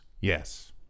Yes